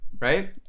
right